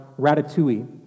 Ratatouille